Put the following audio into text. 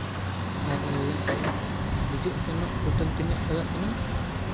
ᱟᱨ ᱦᱤᱡᱩᱜ ᱥᱮᱱᱚᱜ ᱴᱳᱴᱟᱞ ᱛᱤᱱᱟᱹᱜ ᱞᱟᱜᱟᱜ ᱠᱟᱱᱟ